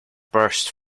burst